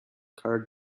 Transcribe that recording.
card